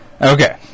Okay